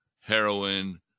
heroin